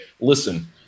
listen